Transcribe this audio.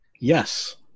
Yes